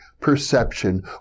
perception